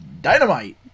Dynamite